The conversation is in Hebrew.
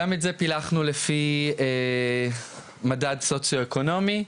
גם את זה פילחנו לפי מדד סוציו-אקונומי,